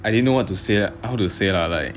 I didn't know what to say how to say lah like